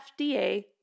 FDA